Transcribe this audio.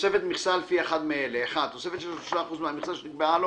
תוספת מכסה לפי אחד מאלה: תוספת של 3 אחוז מהמכסה שנקבעה לו